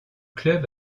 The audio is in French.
club